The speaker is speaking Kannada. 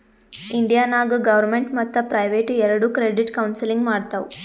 ಇಂಡಿಯಾ ನಾಗ್ ಗೌರ್ಮೆಂಟ್ ಮತ್ತ ಪ್ರೈವೇಟ್ ಎರೆಡು ಕ್ರೆಡಿಟ್ ಕೌನ್ಸಲಿಂಗ್ ಮಾಡ್ತಾವ್